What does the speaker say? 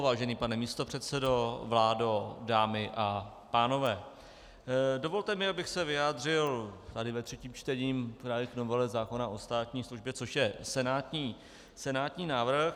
Vážený pane místopředsedo, vládo, dámy a pánové, dovolte mi, abych se vyjádřil ve třetím čtení právě k novele zákona o státní službě, což je senátní návrh.